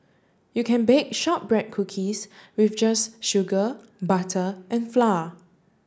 you can bake shortbread cookies with just sugar butter and flour